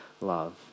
love